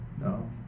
No